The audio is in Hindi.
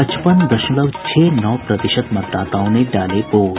पचपन दशमलव छह नौ प्रतिशत मतदाताओं ने डाले वोट